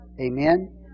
Amen